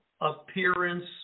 appearance